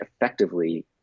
effectively